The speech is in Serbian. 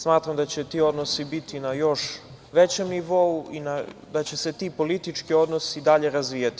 Smatram da će ti odnosi biti na još većem nivou i da će se ti politički odnosi i dalje razvijati.